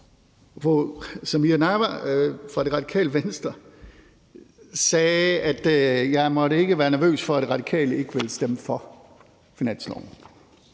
Fru Samira Nawa fra Radikale Venstre sagde, at jeg ikke måtte være nervøs for, at De Radikale ikke ville stemme for finanslovsforslaget.